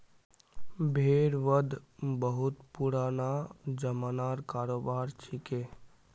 भेड़ वध बहुत पुराना ज़मानार करोबार छिके